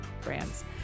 brands